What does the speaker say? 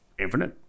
Infinite